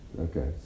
Okay